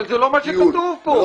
אבל זה לא מה שכתוב פה.